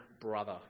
brother